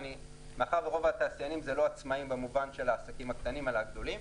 מאחר ורוב התעשיינים זה לא עצמאים במובן של העסקים הקטנים אלא הגדולים,